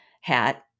hat